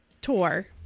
tour